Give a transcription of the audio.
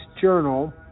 journal